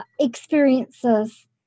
experiences